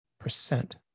Percent